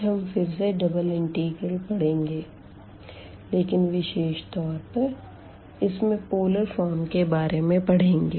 आज हम फिर से डबल इंटीग्रल पढ़ेंगे लेकिन विशेष तौर पर इसमें पोलर फॉर्म के बारे में पढ़ेंगे